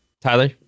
Tyler